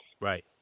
Right